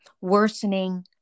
worsening